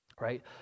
right